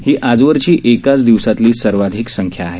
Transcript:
ही आजवरची एकाच दिवसातली सर्वाधिक संख्या आहे